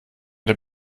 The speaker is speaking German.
der